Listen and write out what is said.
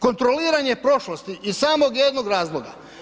Kontroliranje prošlosti iz samo jednog razloga.